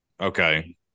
Okay